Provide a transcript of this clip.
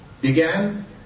began